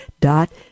dot